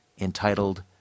entitled